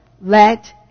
let